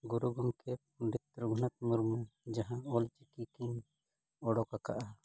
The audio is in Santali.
ᱜᱩᱨᱩ ᱜᱚᱢᱠᱮ ᱯᱚᱱᱰᱤᱛ ᱨᱚᱜᱷᱩᱱᱟᱛᱷ ᱢᱩᱨᱢᱩ ᱡᱟᱦᱟᱸ ᱚᱞᱪᱤᱠᱤ ᱠᱤᱱ ᱩᱰᱚᱠ ᱟᱠᱟᱜᱼᱟ